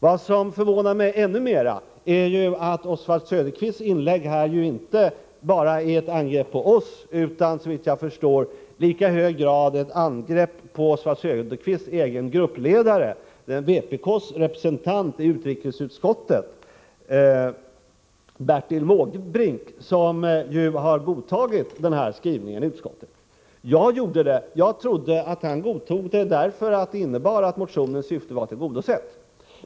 Ännu mer anmärkningsvärt är dock att Oswald Söderqvists inlägg här inte bara är ett angrepp på oss utan, såvitt jag förstår, i lika hög grad ett angrepp på Oswald Söderqvists egen gruppledare och vpk:s representant i utrikesutskottet, Bertil Måbrink. Han har ju godtagit denna skrivning i utskottet. Jag godtog skrivningen — och jag trodde att Bertil Måbrink gjorde det av samma skäl — därför att den innebar att motionens syfte var tillgodosett.